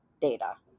data